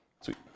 Sweet